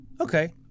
okay